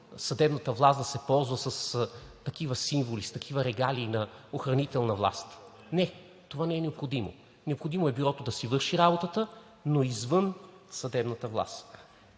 съдебната власт да се ползва с такива символи, с такива регалии на охранителна власт. Не, това не е необходимо. Необходимо е Бюрото да си върши работата, но извън съдебната власт.